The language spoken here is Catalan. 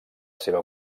seva